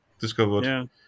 discovered